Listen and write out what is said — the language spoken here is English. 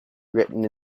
written